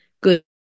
good